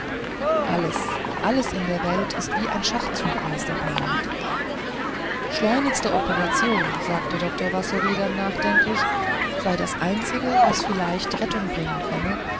alles alles in der welt ist wie ein schachzug meister pernath schleunigste operation sagte dr wassory dann nachdenklich sei das einzige was vielleicht rettung bringen könne